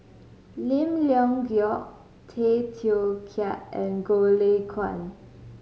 Lim Leong Geok Tay Teow Kiat and Goh Lay Kuan